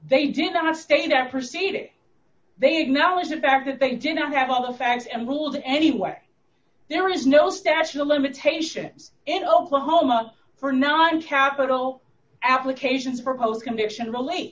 did not state that proceed if they acknowledge the fact that they did not have all the facts and ruled anyway there is no statute of limitations in oklahoma for non capital applications for post conviction rel